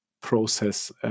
process